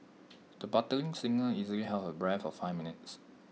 the budding singer easily held her breath for five minutes